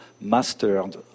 mastered